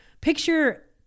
picture